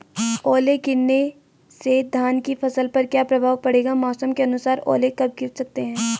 ओले गिरना से धान की फसल पर क्या प्रभाव पड़ेगा मौसम के अनुसार ओले कब गिर सकते हैं?